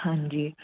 ਹਾਂਜੀ